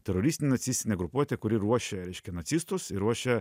teroristinė nacistinė grupuotė kuri ruošia reiškia nacistus ir ruošia